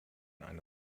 eine